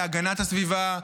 להגנת הסביבה.